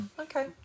okay